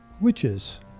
Witches